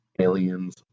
Aliens